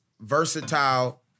versatile